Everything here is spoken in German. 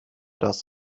das